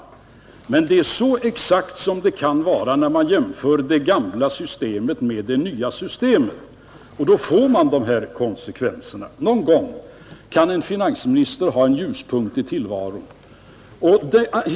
Jämförelsen blir så exakt som den kan vara när man jämför det gamla systemet med det nya, och då får man dessa konsekvenser. Någon gång kan en finansminister ha en ljuspunkt i tillvaron.